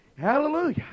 hallelujah